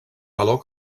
valor